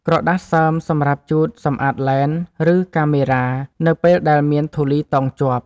ក្រដាសសើមសម្រាប់ជូតសម្អាតឡេន ឬកាមេរ៉ា នៅពេលដែលមានធូលីតោងជាប់។